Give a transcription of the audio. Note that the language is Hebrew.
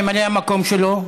ממלא-המקום שלו,